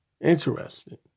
Interesting